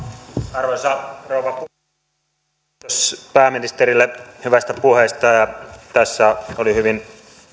arvoisa rouva puhemies kiitos pääministerille hyvästä puheesta ja tässä oli hyvin